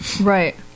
Right